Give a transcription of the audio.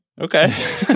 Okay